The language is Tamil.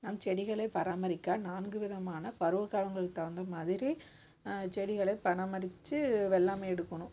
நம் செடிகளை பராமரிக்க நான்கு விதமான பருவ காலங்களுக்கு தகுந்த மாதிரி செடிகளை பராமரிச்சு வெள்ளாமையை எடுக்கணும்